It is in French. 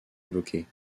évoquées